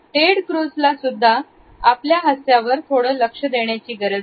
Ted Cruz ला सुद्धा आपल्या हास्यावर थोडा लक्ष देण्याची गरज आहे